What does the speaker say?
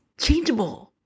changeable